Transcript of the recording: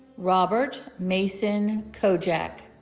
robert mason kojac